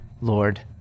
Lord